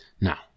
Now